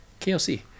KLC